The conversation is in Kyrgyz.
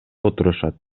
отурушат